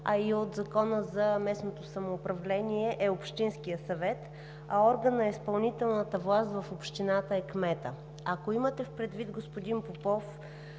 Ако имате предвид, господин Попов,